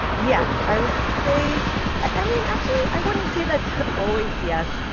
yes. i would say i mean, actually i wouldn't say that's always yes.